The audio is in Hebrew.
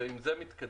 ועם זה מתקדמים.